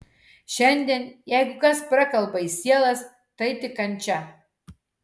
šiandien jeigu kas prakalba į sielas tai tik kančia